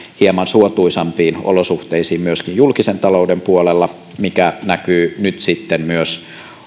hieman suotuisampiin olosuhteisiin myöskin julkisen talouden puolella mikä näkyy nyt myös